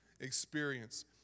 experience